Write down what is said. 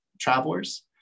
travelers